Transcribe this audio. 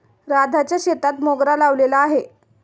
राधाच्या शेतात मोगरा लावलेला आहे